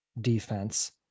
defense